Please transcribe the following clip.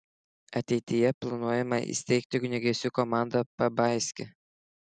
ateityje planuojama įsteigti ugniagesių komandą pabaiske